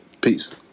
Peace